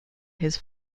his